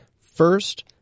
First